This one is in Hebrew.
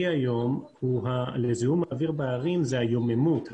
היום לזיהום האוויר בערים זה היוממות,